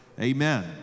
amen